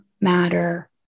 matter